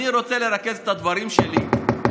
חבר הכנסת אבו שחאדה.